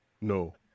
No